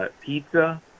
Pizza